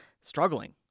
struggling